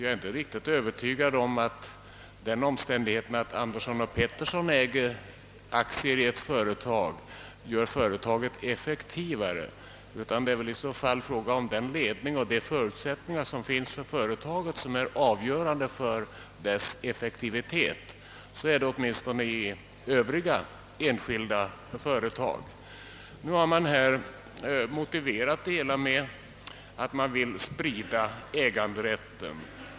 Jag är inte riktigt övertygad om att den omständigheten att herr Andersson och herr Pettersson äger aktier i ett företag gör att detta blir effektivare. Det är snarare företagets ledning och förutsättningar i Övrigt som är avgörande för dess effektivitet. Så är åtminstone fallet i övriga enskilda företag. Man har alltså motiverat sitt förslag med att man vill sprida äganderätten.